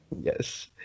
Yes